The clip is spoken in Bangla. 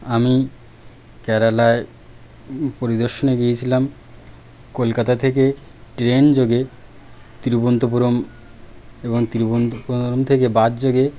আমি কেরালায় পরিদর্শনে গিয়েছিলাম কলকাতা থেকে ট্রেনযোগে তিরুবনন্তপুরম এবং তিরুবনন্তপুরম থেকে বাসযোগে